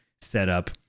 setup